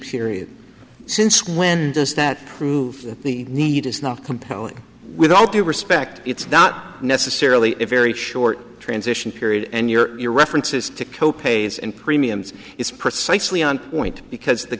period since when does that prove the need is not compelling with all due respect it's not necessarily a very short transition period and your your references to co pays and premiums is precisely on point because the